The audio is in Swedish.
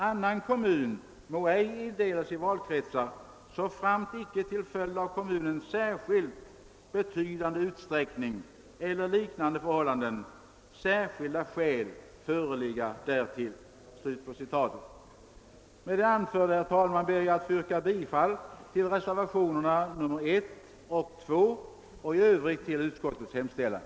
Annan kommun må ej indelas i valkretsar, såframt icke till följd av kommunens särskilt betydande utsträckning eller liknande förhållanden synnerliga skäl föreligga därtill.> Med det anförda, herr talman, ber jag att få yrka bifall till reservationerna 1 och 2 vid utlåtandet nr 44 och i övrigt till utskottets hemställan.